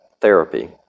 therapy